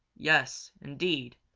yes, indeed,